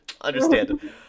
understand